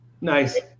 Nice